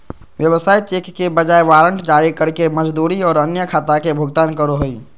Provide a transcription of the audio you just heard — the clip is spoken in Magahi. व्यवसाय चेक के बजाय वारंट जारी करके मजदूरी और अन्य खाता के भुगतान करो हइ